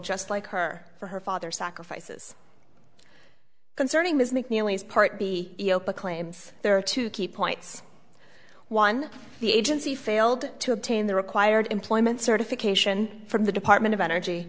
just like her for her father sacrifices concerning his make nearly as part b claims there are two key points one the agency failed to obtain the required employment certification from the department of energy